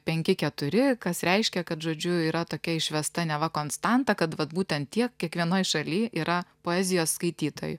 penki keturi kas reiškia kad žodžiu yra tokia išvesta neva konstanta kad vat būtent tiek kiekvienoj šaly yra poezijos skaitytojų